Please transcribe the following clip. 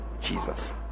jesus